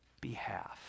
behalf